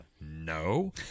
no